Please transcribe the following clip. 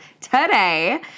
today